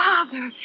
Father